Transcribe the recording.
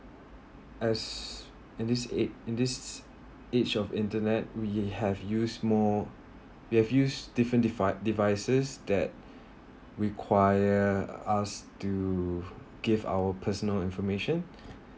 as in this ag~ in this age of internet we have used more we have used different devi~ devices that require us to give our personal information